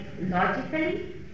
logically